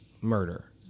murder